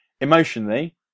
emotionally